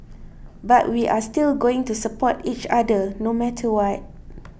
but we are still going to support each other no matter what